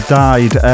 died